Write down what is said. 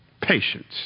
Patience